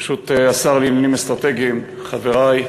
ברשות השר לעניינים אסטרטגיים, חברי למליאה,